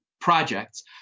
projects